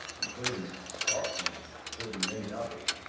including scott and including many others,